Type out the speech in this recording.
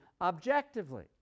objectively